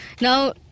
now